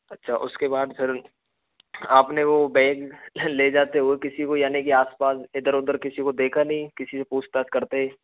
अच्छा उसके बाद फिर आपने वो बैग ले जाते हुए किसी को यानि कि आस पास इधर उधर किसी को देखा नहीं किसी से पूछताछ करते